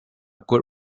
good